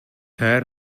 her